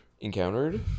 encountered